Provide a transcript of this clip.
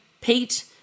Pete